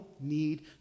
need